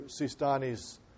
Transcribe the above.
Sistani's